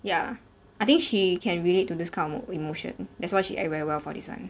ya I think she can relate to this kind of emo~ emotion that's why she act very well for this one